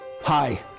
Hi